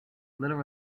little